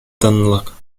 тынлык